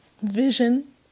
vision